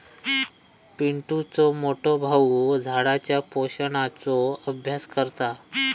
पिंटुचो मोठो भाऊ झाडांच्या पोषणाचो अभ्यास करता